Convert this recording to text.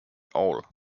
all